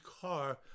car